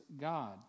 God